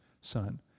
son